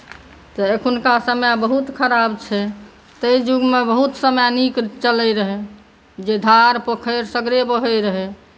तऽ एखुनका समय बहुत खराब छै ताहि युगमे बहुत समय नीक चलैत रहै जे धार पोखरि सगरे बहैत रहै